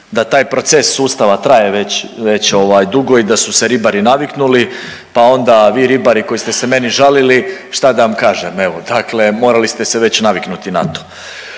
da taj proces sustava traje već dugo i da su se ribari naviknuli, pa onda vi ribari koji ste se meni žalili šta da vam kažem evo dakle, morali ste se već naviknuti na to.